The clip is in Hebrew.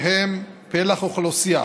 שהם פלח אוכלוסייה